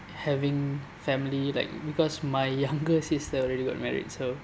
having family like because my younger sister already got married so